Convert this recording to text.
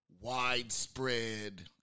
widespread